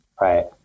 right